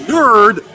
Nerd